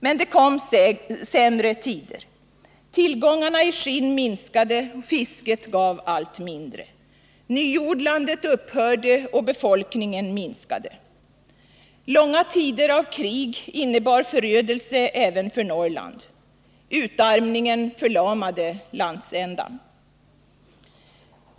Men det kom sämre tider. Tillgångarna på skinn minskade, och fisket gav allt mindre. Nyodlandet upphörde, och befolkningen minskade. Långa tider av krig innebar förödelse även för Norrland. Utarmningen förlamade landsändan.